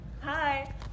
Hi